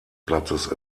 platzes